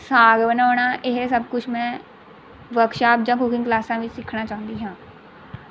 ਸਾਗ ਬਣਾਉਣਾ ਇਹ ਸਭ ਕੁਛ ਮੈਂ ਵਰਕਸ਼ਾਪ ਜਾਂ ਕੂਕਿੰਗ ਕਲਾਸਾਂ ਵਿੱਚ ਸਿੱਖਣਾ ਚਾਹੁੰਦੀ ਹਾਂ